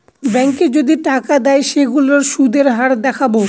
ব্যাঙ্কে যদি টাকা দেয় সেইগুলোর সুধের হার দেখাবো